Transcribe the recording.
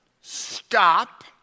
stop